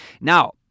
Now